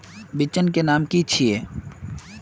बिचन के नाम की छिये?